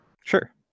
sure